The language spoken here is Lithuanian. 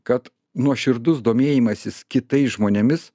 kad nuoširdus domėjimasis kitais žmonėmis